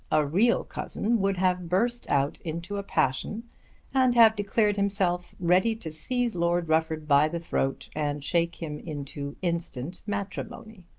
a real cousin would have burst out into a passion and have declared himself ready to seize lord rufford by the throat and shake him into instant matrimony.